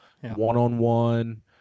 one-on-one